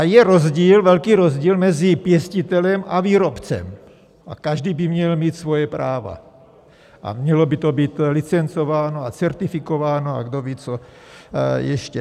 Je rozdíl, velký rozdíl, mezi pěstitelem a výrobcem, každý by měl mít svoje práva, mělo by to být licencováno a certifikováno a kdoví co ještě.